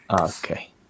okay